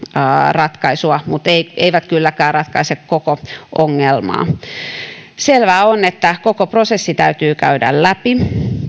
ratkaisua mutta eivät kylläkään ratkaise koko ongelmaa selvää on että koko prosessi täytyy käydä läpi